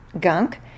gunk